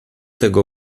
tego